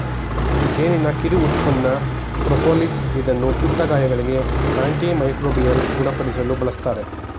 ಜೇನಿನ ಕಿರು ಉತ್ಪನ್ನ ಪ್ರೋಪೋಲಿಸ್ ಇದನ್ನು ಸುಟ್ಟ ಗಾಯಗಳಿಗೆ, ಆಂಟಿ ಮೈಕ್ರೋಬಿಯಲ್ ಗುಣಪಡಿಸಲು ಬಳ್ಸತ್ತರೆ